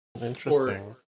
interesting